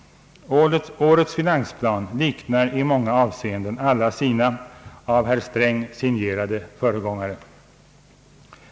Årets finansplan liknar i många avseenden alla sina av herr Sträng signerade föregångare.